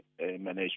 management